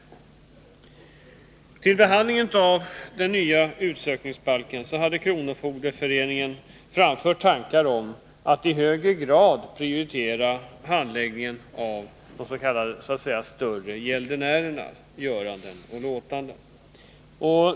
Inför behandlingen av förslaget till ny utsökningsbalk hade Kronofogdeföreningen framfört tankar om att i högre grad prioritera mål som gällde ”större” gäldenärer.